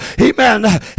Amen